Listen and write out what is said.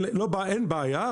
אין בעיה.